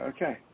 Okay